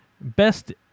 Best